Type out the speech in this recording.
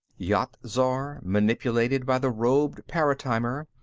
yat-zar, manipulated by the robed paratimer,